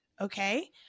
okay